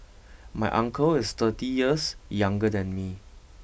my uncle is thirty years younger than me